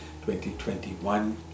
2021